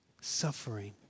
suffering